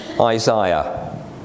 Isaiah